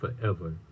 forever